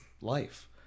life